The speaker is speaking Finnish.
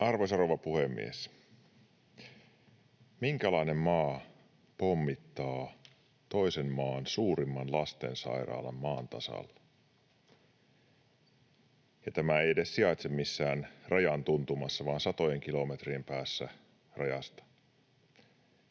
Arvoisa rouva puhemies! Minkälainen maa pommittaa toisen maan suurimman lastensairaalan maan tasalle — ja tämä ei sijaitse edes missään rajan tuntumassa vaan satojen kilometrien päässä rajasta?